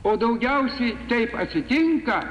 o daugiausiai taip atsitinka